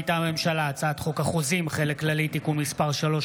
מטעם הממשלה: הצעת חוק החוזים (חלק כללי) (תיקון מס' 3),